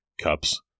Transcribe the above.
cups